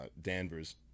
Danvers